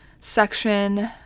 section